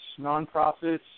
nonprofits